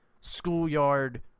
schoolyard